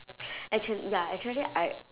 actually ya actually I